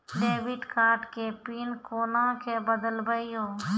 Debit card के pin कोना के बदलबै यो?